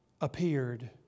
appeared